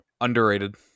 Underrated